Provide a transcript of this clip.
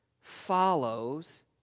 follows